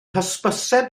hysbyseb